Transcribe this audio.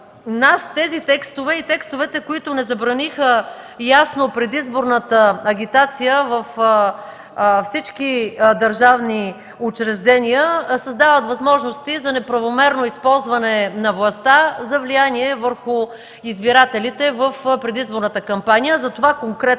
тези текстове и текстовете, които не забраниха ясно предизборната агитация във всички държавни учреждения, създават възможности за неправомерно използване на властта за влияние върху избирателите в предизборната кампания.